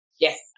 Yes